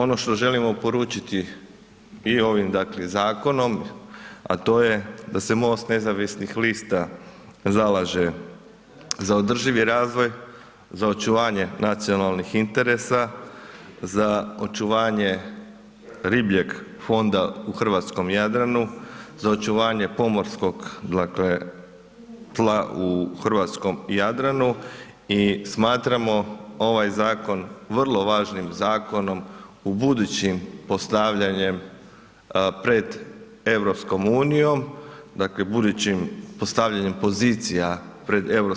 Ono što želimo poručiti i ovim, dakle, zakonom, a to je da se MOST nezavisnih lista zalaže za održivi razvoj, za očuvanje nacionalnih interesa, za očuvanje ribljeg fonda u hrvatskom Jadranu, za očuvanje pomorskog, dakle, tla u hrvatskom Jadranu i smatramo ovaj zakon vrlo važnim zakonom u budućim postavljanjem pred EU, dakle, budućim postavljanjem pozicija pred EU